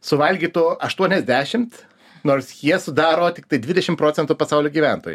suvalgytų aštuoniasdešimt nors jie sudaro tiktai dvidešim procentų pasaulio gyventojų